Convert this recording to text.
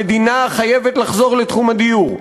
המדינה חייבת לחזור לתחום הדיור.